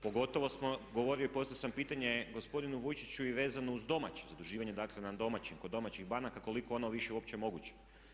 Pogotovo sam govorio i postavio sam pitanje gospodinu Vujčiću i vezano uz domaće zaduživanje, dakle kod domaćih banaka koliko je ono više uopće moguće.